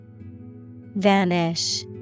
Vanish